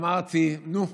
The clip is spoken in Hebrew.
אמרתי: נו,